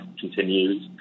continues